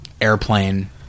Airplane